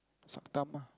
suck thumb ah